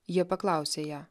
jie paklausė ją